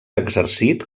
exercit